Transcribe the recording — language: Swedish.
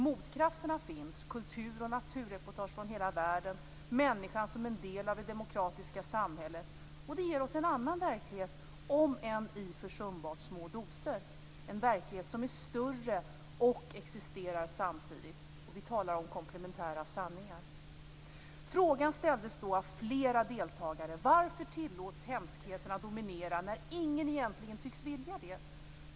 Motkrafter finns: kultur och naturreportage från hela världen som visar människan som en del av det demokratiska samhället. Det ger oss en annan verklighet om än i försumbart små doser, en verklighet som är större och som existerar samtidigt. Vi talar här om komplementära sanningar. Frågan ställdes av flera seminariedeltagare: Varför tillåts hemskheterna att dominera när ingen egentligen tycks vilja det?